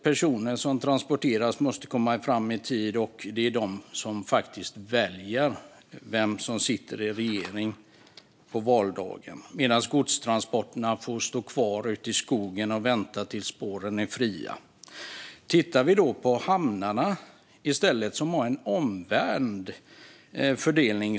Personerna som transporteras är ju de som på valdagen faktiskt väljer vem som sitter i regering, medan godstransporterna får stå kvar ute i skogen och vänta tills spåren är fria. Hamnarna har en omvänd fördelning.